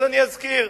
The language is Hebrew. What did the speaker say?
אני אזכיר: